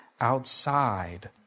outside